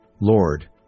Lord